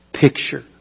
picture